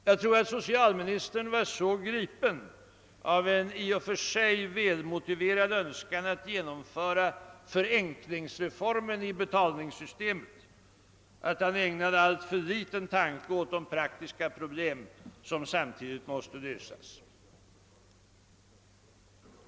Jag tror att socialministern var så gripen av en i och för sig välmotiverad önskan att genomföra denna reform för förenkling av betalningssystemet, att han ägnade alltför liten tanke åt de praktiska problem som samtidigt måste lösas.